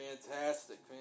Fantastic